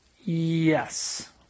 Yes